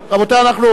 אנחנו עוברים